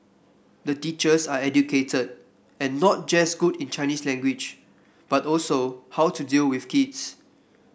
the teachers are educated and not just good in Chinese language but also know how to deal with kids